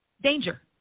Danger